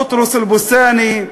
בוטרוס אל-בוסתאני,